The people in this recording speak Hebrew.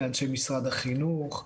לאנשי משרד החינוך,